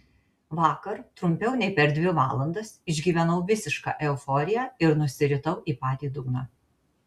vakar trumpiau nei per dvi valandas išgyvenau visišką euforiją ir nusiritau į patį dugną